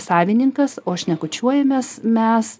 savininkas o šnekučiuojamės mes